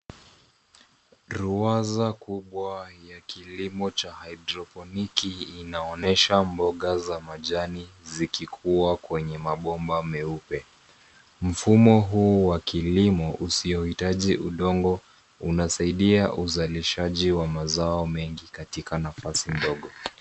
Ruwaza kubwa ya kilimo cha hydroponic inaonesha mboga za majani zikikuwa kwenye mabomba meupe. Mfumo huu wa kilimo usiohitaji udongo unasaidia uzalishaji wa mazao mengi katika nafasi ndogo.